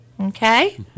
Okay